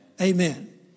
Amen